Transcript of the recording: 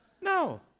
No